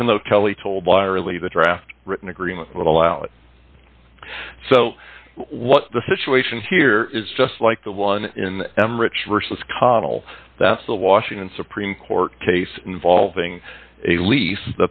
even though kelly told lyerly the draft written agreement would allow it so what the situation here is just like the one in m rich versus connell that's the washington supreme court case involving a lease